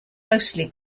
mostly